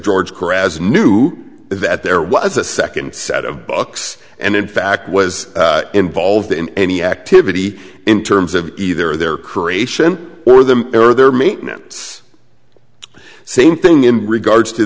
caresses knew that there was a second set of books and in fact was involved in any activity in terms of either their creation or them or their maintenance same thing in regards to